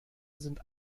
sind